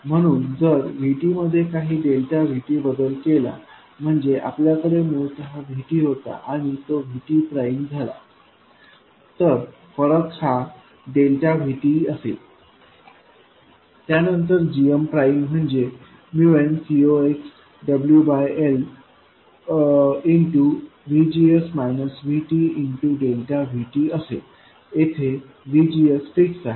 म्हणून जर VTमध्ये काही डेल्टा VTबदल केला म्हणजे आपल्याकडे मूळत VTहोता आणि तो VT प्राइम झाला तर फरक हा डेल्टा VTअसेल त्यानंतर gm प्राइम म्हणजे n CoxwL असेल येथे VGSफिक्स आहे